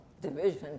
division